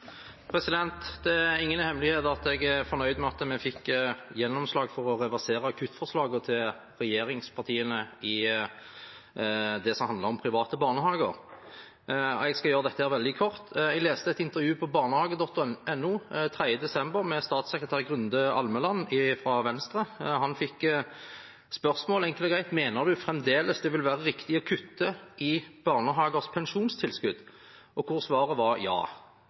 ingen hemmelighet at jeg er fornøyd med at vi fikk gjennomslag for å reversere kuttforslagene til regjeringspartiene i det som handlet om private barnehager. Jeg skal gjøre dette veldig kort: Jeg leste et intervju med statssekretær Grunde Almeland fra Venstre på barnehage.no 3. desember. Han fikk spørsmålet – enkelt og greit: Mener du fremdeles det vil være riktig å kutte i barnehagers pensjonstilskudd? Svaret var ja.